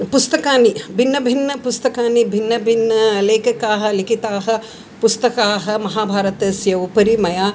पुस्तकानि भिन्न भिन्न पुस्तकानि भिन्न भिन्न लेखकाः लिखितानि पुस्तकानि महाभारतस्य उपरि मया